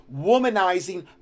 womanizing